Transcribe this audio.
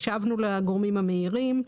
השבנו לגורמים המעירים,